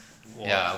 !wah!